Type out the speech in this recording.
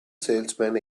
salesman